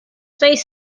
face